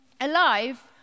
Alive